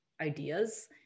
ideas